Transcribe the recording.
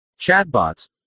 Chatbots